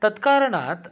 तत्कारणात्